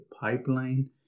pipeline